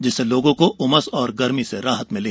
जिससे लोगों को उमस और गर्मी से राहत मिली